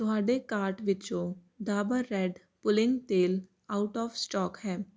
ਤੁਹਾਡੇ ਕਾਰਟ ਵਿੱਚੋਂ Dabur red pulling ਤੇਲ ਆਊਟ ਆਫ਼ ਸਟਾਕ ਹੈ